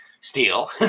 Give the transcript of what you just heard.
steal